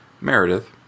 Meredith